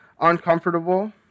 uncomfortable